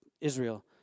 Israel